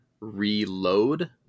reload